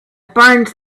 burned